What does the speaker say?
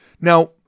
Now